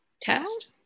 test